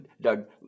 Doug